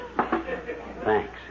Thanks